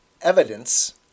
Evidence